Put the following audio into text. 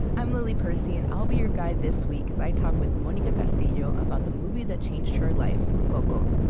i'm lily percy, and i'll be your guide this week as i talk with monica castillo about the movie that changed her life, coco.